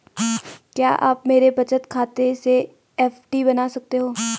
क्या आप मेरे बचत खाते से एफ.डी बना सकते हो?